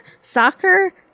soccer